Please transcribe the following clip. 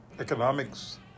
economics